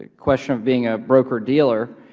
question of being a broker dealer